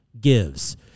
gives